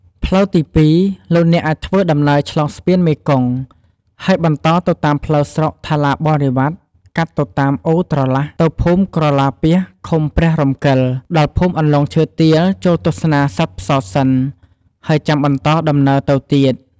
ផ្លូវទី២ លោកអ្នកអាចធ្វើដំណើរឆ្លងស្ពានមេគង្គហើយបន្តទៅតាមផ្លូវស្រុកថាឡាបរិវ៉ាត់កាត់ទៅតាមអូរត្រឡះ ទៅភូមិក្រឡាពាសឃុំព្រះរំកិលដល់ភូមិអន្លង់ឈើទាលចូលទស្សនាសត្វផ្សោតសិនហើយចាំបន្តដំណើរទៅទៀត។